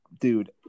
dude